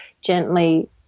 gently